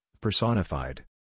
personified